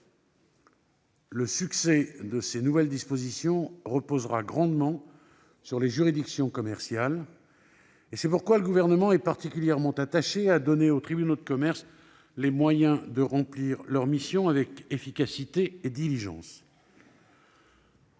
Le succès de ces nouvelles dispositions reposera largement sur les juridictions commerciales. C'est pourquoi le Gouvernement est particulièrement soucieux de donner aux tribunaux de commerce les moyens de remplir leurs missions avec efficacité et diligence.